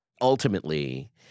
ultimately